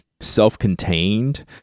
self-contained